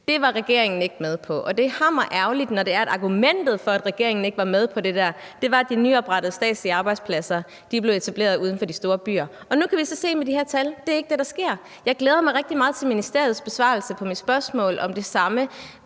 Det var regeringen ikke med på. Og det er hammerærgerligt, når argumentet for, at regeringen ikke var med på det der, var, at de nyoprettede statslige arbejdspladser blev etableret uden for de store byer. Nu kan vi så se med de her tal, at det ikke er det, der sker. Jeg glæder mig rigtig meget til ministeriets besvarelse af mit spørgsmål om det samme,